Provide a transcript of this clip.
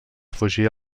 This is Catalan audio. fugir